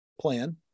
plan